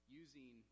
using